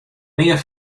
mear